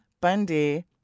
Bundy